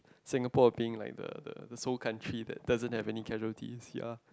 Singapore I think like the the sole country that doesn't have casual disease ya